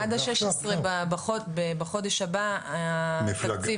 עד ה-16 בחודש הבא התקציב יעבור.